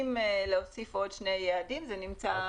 יש לי קבוצה של 270, צורך חיוני, לטומבוקטו.